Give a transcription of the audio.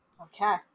Okay